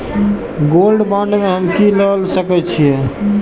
Gold bond में हम की ल सकै छियै?